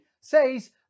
says